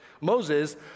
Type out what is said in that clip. Moses